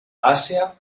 asia